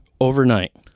overnight